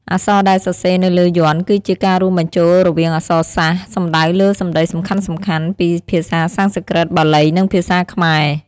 អក្សរដែលសរសេរនៅលើយន្តគឺជាការរួមបញ្ចូលរវាងអក្សរសាស្ត្រ សំដៅលើសំដីសំខាន់ៗ ពីភាសាសំស្ក្រឹត បាលី និងភាសាខ្មែរ។